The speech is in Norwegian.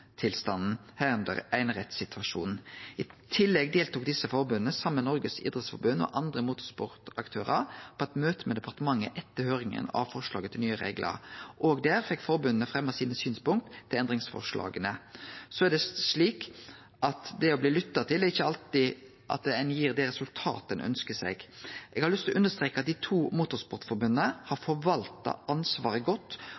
tillegg deltok desse forbunda saman med Norges idrettsforbund og andre motorsportaktørar på eit møte med departementet etter høyringa av forslaget til nye reglar. Òg der fekk forbunda fremja sine synspunkt til endringsforslaga. Så er det slik at det å bli lytta til ikkje alltid gir det resultatet ein ønskjer seg. Eg har lyst til å understreke at dei to motorsportforbunda har forvalta ansvaret godt